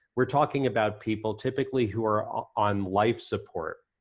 we're talking about people typically who are on life support